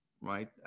right